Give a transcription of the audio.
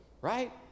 right